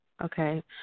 Okay